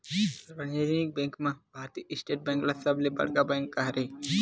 सार्वजनिक बेंक म भारतीय स्टेट बेंक ह सबले बड़का बेंक हरय